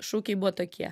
šūkiai buvo tokie